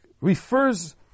refers